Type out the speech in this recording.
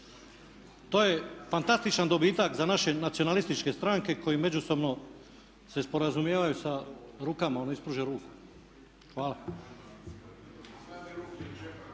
To je fantastičan dobitak za naše nacionalističke stranke koje međusobno se sporazumijevaju sa rukama, ono ispruže ruku. Hvala.